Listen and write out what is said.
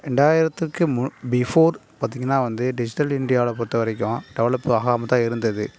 ரெண்டாயிரத்துக்கு மு பிஃபோர் பார்த்திங்கனா வந்து டிஜிட்டல் இண்டியாவில பொறுத்த வரைக்கும் டெவலப் ஆகாமல் தான் இருந்தது